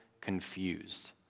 confused